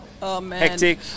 hectic